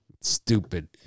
Stupid